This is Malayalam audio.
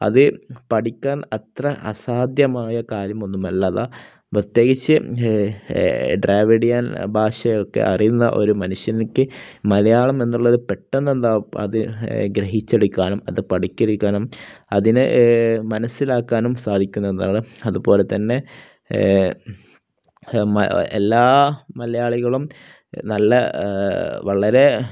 അതു പഠിക്കാൻ അത്ര അസാധ്യമായ കാര്യമൊന്നുമല്ല പ്രത്യേകിച്ച് ഡ്രാവിഡിയൻ ഭാഷയൊക്കെ അറിയുന്ന ഒരു മനുഷ്യനിക്ക് മലയാളം എന്നുള്ളതു പെട്ടെന്നന്താണ് അത് ഗ്രഹിച്ചെടുക്കാനും അതു പഠിക്കാനും അതു മനസ്സിലാക്കാനും സാധിക്കുന്നതാണ് അതുപോലെ തന്നെ എല്ലാ മലയാളികളും നല്ല വളരെ